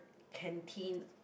canteen